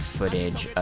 footage